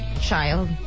child